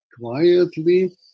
quietly